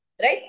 right